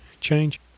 change